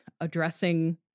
addressing